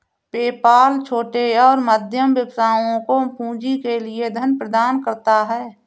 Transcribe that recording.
PayPal छोटे और मध्यम व्यवसायों को पूंजी के लिए धन प्रदान करता है